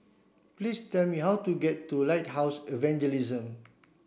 please tell me how to get to Lighthouse Evangelism